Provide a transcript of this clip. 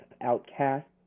outcasts